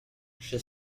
she